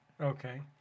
Okay